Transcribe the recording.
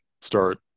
start